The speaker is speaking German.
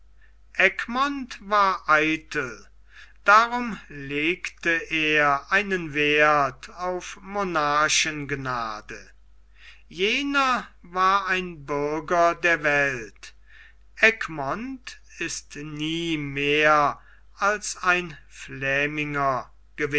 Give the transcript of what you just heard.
egmont war eitel darum legte er einen werth auf monarchengnade jener war ein bürger der welt egmont ist nie mehr als ein fläminger